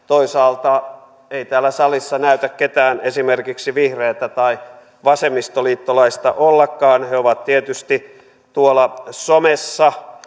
toisaalta ei täällä salissa näytä ketään esimerkiksi vihreätä tai vasemmistoliittolaista olevankaan he ovat tietysti tuolla somessa